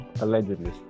Allegedly